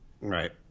right